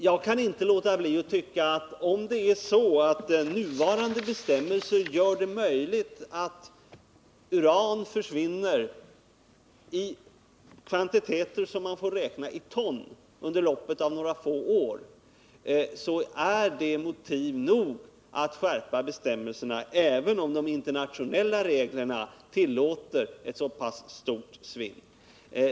Jag tycker att om nuvarande bestämmelser gör det möjligt att uran försvinner i kvantiteter som man får räkna i ton under loppet av några få år, så är det motiv nog att skärpa bestämmelserna även om de internationella reglerna tillåter ett så stort svinn.